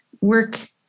work